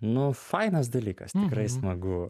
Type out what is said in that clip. nu fainas dalykas tikrai smagu